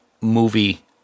movie